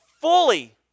fully